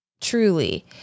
Truly